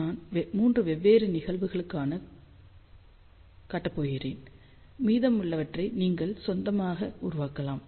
நான் 3 வெவ்வேறு நிகழ்வுகளுக்கு காட்டப் போகிறேன் மீதமுள்ளவற்றை நீங்கள் சொந்தமாக உருவாக்கலாம்